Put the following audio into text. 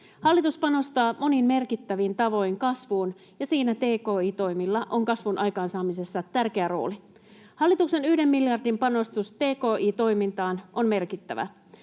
Hallitus panostaa monin merkittävin tavoin kasvuun, ja kasvun aikaansaamisessa tki-toimilla on tärkeä rooli. Hallituksen yhden miljardin panostus tki-toimintaan on merkittävä.